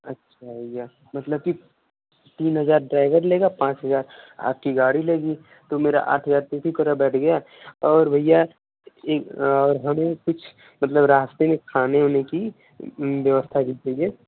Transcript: अच्छा भैया मतलब की तीन हजार ड्राइभर लेगा पाँच हजार आपकी गाड़ी लेगी तो मेरा आठ हजार तरह बैठ गया और भैया है और हमें कुछ मतलब रास्ते में खाने उने की व्यवस्था भी चाहिए